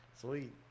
Sweet